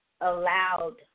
allowed